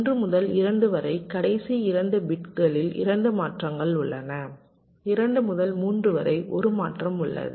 1 முதல் 2 வரை கடைசி 2 பிட்களில் 2 மாற்றங்கள் உள்ளன 2 முதல் 3 வரை ஒரு மாற்றம் உள்ளது